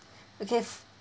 because